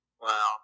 Wow